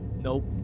nope